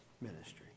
ministry